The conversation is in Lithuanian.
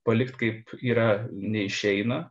palikt kaip yra neišeina